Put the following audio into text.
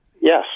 Yes